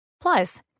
Plus